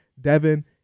Devin